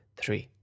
three